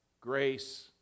grace